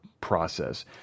process